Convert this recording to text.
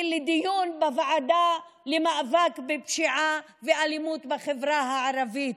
מאוד לדיון בוועדה למאבק בפשיעה ואלימות בחברה הערבית.